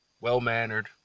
well-mannered